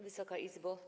Wysoka Izbo!